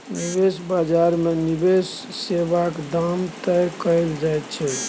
निबेश बजार मे निबेश सेबाक दाम तय कएल जाइ छै